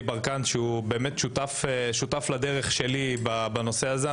ברקן שהוא באמת שותף לדרך שלי בנושא הזה.